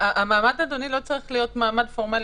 אדוני, המעמד לא צריך להיות פורמלי.